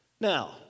Now